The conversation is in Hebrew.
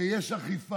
הרי יש אכיפה,